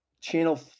Channel